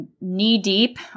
knee-deep